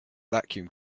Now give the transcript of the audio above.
vacuum